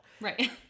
Right